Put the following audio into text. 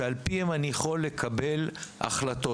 שעל פיהם אני יכול לקבל החלטות?